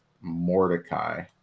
Mordecai